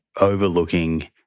overlooking